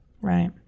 Right